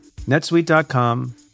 netsuite.com